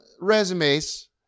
resumes